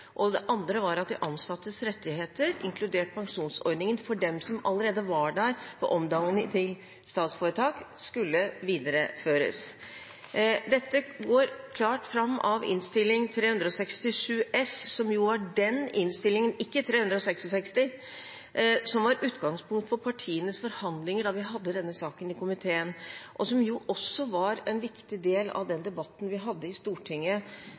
Det andre var at de ansattes rettigheter, inkludert pensjonsordningen for dem som allerede var der ved omdanningen til statsforetak, skulle videreføres. Dette går klart fram av Innst. 367 S, som er den innstillingen – ikke Innst. 366 L – som var utgangspunkt for partienes forhandlinger da vi hadde denne saken i komiteen, og som også var en viktig del av den debatten vi hadde i Stortinget